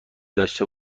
داشته